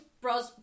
Bros